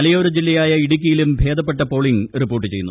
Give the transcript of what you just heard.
മലയോര ജില്ലയായ ഇടുക്കിയിലും ഭേദപ്പെട്ട പോളിംഗ് റിപ്പോർട്ട് ചെയ്യുന്നു